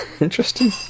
Interesting